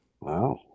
Wow